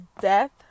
death